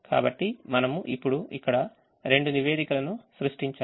కాబట్టి మనము ఇప్పుడుఇక్కడ రెండు నివేదికలను సృష్టించాము